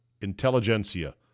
intelligentsia